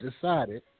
decided